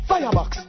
Firebox